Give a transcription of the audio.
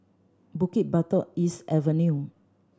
Bukit Batok East Avenue